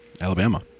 Alabama